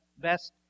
best